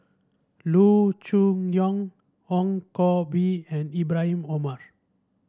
Loo Choon Yong Ong Koh Bee and Ibrahim Omar